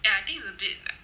ya I think it's a bit like